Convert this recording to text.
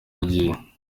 agiye